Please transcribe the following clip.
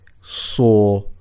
saw